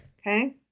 Okay